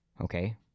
Okay